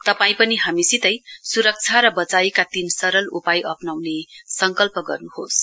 तपाई पनि हामीसितै सुरक्षा र वचाइका तीन सरल उपाय अप्नाउने संकल्प गर्नुहोस